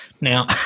now